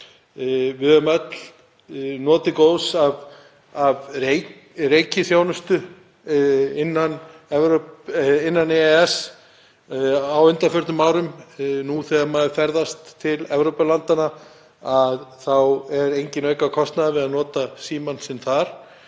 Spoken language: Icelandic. Við höfum öll notið góðs af reikiþjónustu innan EES á undanförnum árum. Nú þegar maður ferðast til Evrópulandanna er enginn aukakostnaður við að nota símann sinn þar.